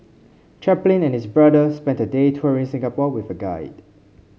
Chaplin and his brother spent a day touring Singapore with a guide